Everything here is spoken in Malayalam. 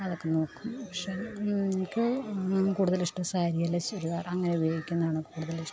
അതൊക്കെ നോക്കും പക്ഷേ എനിക്ക് കൂടുതലിഷ്ടം സാരിയല്ല ചുരിദാറാ അങ്ങനെ ഉപയോഗിക്കുന്നതാണ് കൂടുതലിഷ്ടം